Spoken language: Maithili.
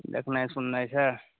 देखनाइ सुननाइ छै